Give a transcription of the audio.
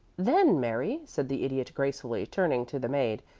then, mary, said the idiot, gracefully, turning to the maid,